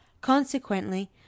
Consequently